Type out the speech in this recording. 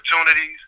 opportunities